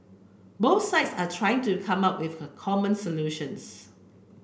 both sides are trying to come up with a common solutions